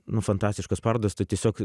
nu fantastiškos parodos tai tiesiog